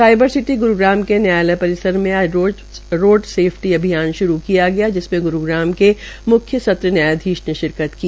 cyber city Gurugram के न्यायालय परिसर में आज रोड सेफ्टी अभियान शुरू किया गया जिसमें गुरूग्राम के मुख्य सत्र न्यायधीश ने शिरकत की